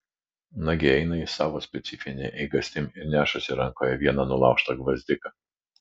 nagi eina jis savo specifine eigastim ir nešasi rankoje vieną nulaužtą gvazdiką